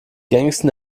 gängigsten